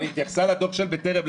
היא התייחסה לדוח של בטרם.